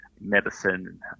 medicine